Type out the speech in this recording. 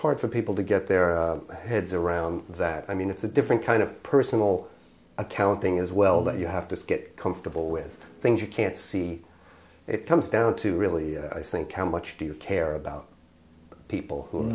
hard for people to get their heads around that i mean it's a different kind of personal accounting as well that you have to get comfortable with things you can't see it comes down to really i think count much do you care about people who